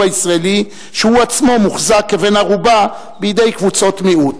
הישראלי שהוא עצמו מוחזק כבן-ערובה בידי קבוצות מיעוט.